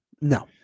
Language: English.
no